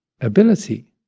ability